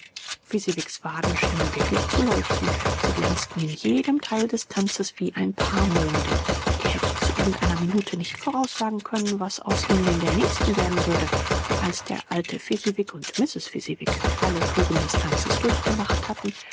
fezziwigs waden schienen wirklich zu leuchten sie glänzten in jedem teil des tanzes wie ein paar monde ihr hättet zu irgend einer minute nicht voraus sagen können was aus ihnen in der nächsten werden würde und als der alte fezziwig und mrs fezziwig alle touren des tanzes durchgemacht hatten